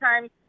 time